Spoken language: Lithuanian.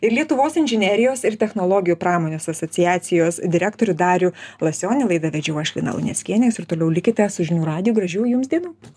ir lietuvos inžinerijos ir technologijų pramonės asociacijos direktorių darių lasionį laidą vedžiau aš lina luneckienė jūs ir toliau likite su žinių radiju gražių jums dienų